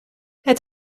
het